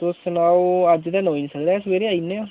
तुस सनाओ अज्ज ते लोआई निं सकदे सवेरे आई जन्ने आं